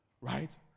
right